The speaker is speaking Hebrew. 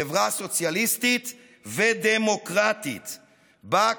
חברה סוציאליסטית ודמוקרטית שבה,